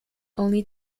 only